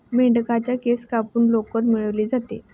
मेंढ्यांच्या केस कापून लोकर मिळवली जाते